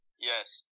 Yes